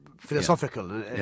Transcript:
philosophical